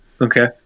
Okay